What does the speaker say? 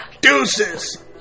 Deuces